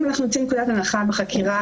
אם אנחנו יוצאים מנקודת הנחה בחקירה